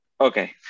Okay